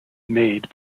made